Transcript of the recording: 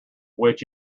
which